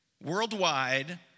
worldwide